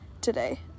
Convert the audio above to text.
today